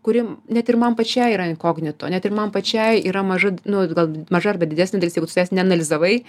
kuri net ir man pačiai yra inkognito net ir man pačiai yra maža nu gal maža arba didesnė dalis jeigu tu savęs neanalizavai